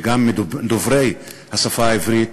וגם מדוברי השפה העברית,